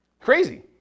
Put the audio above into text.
Crazy